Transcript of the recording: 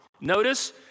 Notice